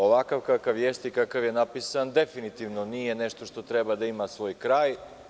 Ovakav kakav jeste i kakav je napisan, definitivno nije nešto što treba da ima svoj kraj.